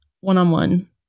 one-on-one